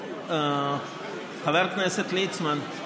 חבר הכנסת ליצמן,